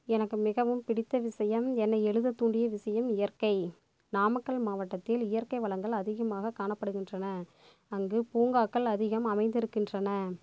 எனக்கு மிகவும் பிடித்த விஷயம் என்னை எழுத தூண்டிய விஷயம் இயற்கை நாமக்கல் மாவட்டத்தில் இயற்கை வளங்கள் அதிகமாக காணப்படுகின்றன அங்கு பூங்காக்கள் அதிகம் அமைந்திருக்கின்றன